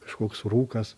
kažkoks rūkas